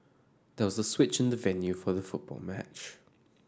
there was a switch in the venue for the football match